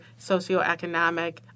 socioeconomic